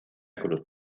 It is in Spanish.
cruz